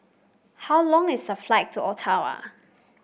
how long is the flight to Ottawa